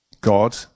God